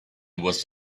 was